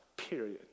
period